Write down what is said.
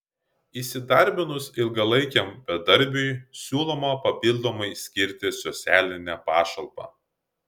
įsidarbinus ilgalaikiam bedarbiui siūloma papildomai skirti socialinę pašalpą